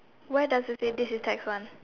where does it say this is tax one